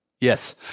yes